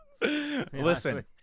Listen